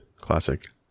classic